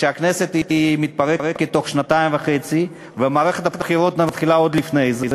וכשהכנסת מתפרקת תוך שנתיים וחצי ומערכת הבחירות מתחילה עוד לפני זה,